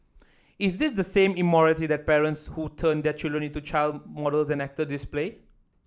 is this the same immorality that parents who turn their children into child models and actor display